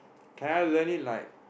can I learn it like